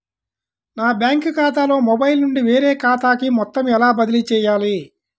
నా బ్యాంక్ ఖాతాలో మొబైల్ నుండి వేరే ఖాతాకి మొత్తం ఎలా బదిలీ చేయాలి?